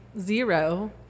zero